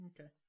okay